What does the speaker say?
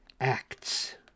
acts